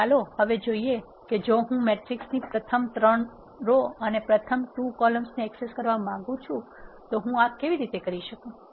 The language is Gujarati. તેથી ચાલો હવે જોઈએ કે જો હું આ મેટ્રિક્સની પ્રથમ 3 રો અને પ્રથમ 2 કોલમ્સ ને એક્સેસ કરવા માંગું છું તો હું આ કેવી રીતે કરી શકું